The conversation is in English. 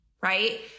Right